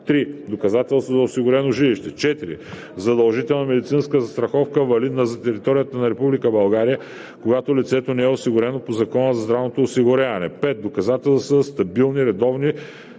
3. доказателство за осигурено жилище; 4. задължителна медицинска застраховка, валидна за територията на Република България, когато лицето не е осигурено по Закона за здравното осигуряване; 5. доказателства за стабилни, редовни,